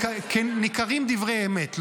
ניכרים דברי אמת,